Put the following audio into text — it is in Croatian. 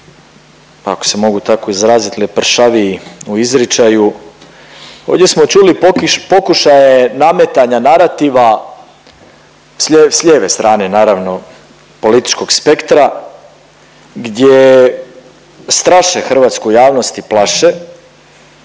ako se mogu tako izrazit, lepršaviji u izričaju. Ovdje smo čuli pokušaje nametanja narativa s lije… s lijeve strane naravno političkog spektra gdje straše hrvatsku javnost i plaše